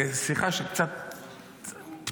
בשיחה שקצת פתוחים,